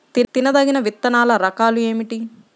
తినదగిన విత్తనాల రకాలు ఏమిటి?